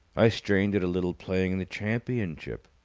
i strained it a little playing in the championship.